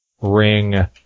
ring